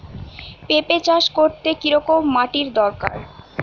পেঁপে চাষ করতে কি রকম মাটির দরকার?